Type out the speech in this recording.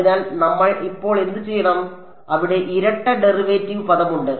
അതിനാൽ നമ്മൾ ഇപ്പോൾ എന്തുചെയ്യണം അവിടെ ഇരട്ട ഡെറിവേറ്റീവ് പദമുണ്ട്